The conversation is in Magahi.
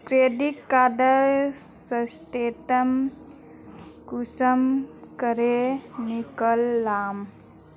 क्रेडिट कार्डेर स्टेटमेंट कुंसम करे निकलाम?